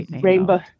rainbow